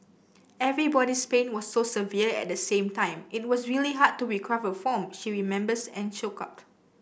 everybody's pain was so severe at the same time it was really hard to recover from she remembers choked up